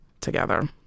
together